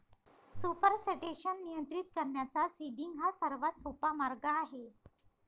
supersaturation नियंत्रित करण्याचा seeding हा सर्वात सोपा मार्ग आहे